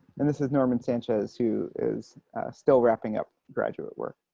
and this is norman sanchez who is still wrapping up graduate work.